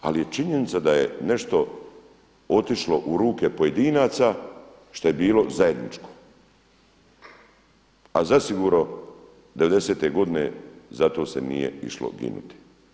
Ali je činjenica da je nešto otišlo u ruke pojedinaca šta je bilo zajedničko, a zasigurno devedesete godine za to se nije išlo ginuti.